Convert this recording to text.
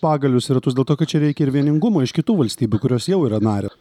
pagalius į ratus dėl to kad čia reikia ir vieningumo iš kitų valstybių kurios jau yra narė